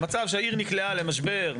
מצב שהעיר נקלעה למשבר.